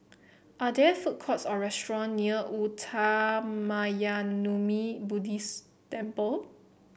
are there food courts or restaurant near Uttamayanmuni Buddhist Temple